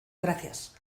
gracias